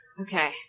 Okay